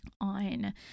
on